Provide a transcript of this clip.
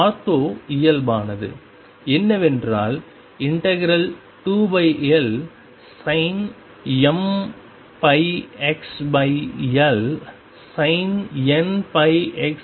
ortho இயல்பானது என்னவென்றால் 2LsinmπxLsinnπxLdxmn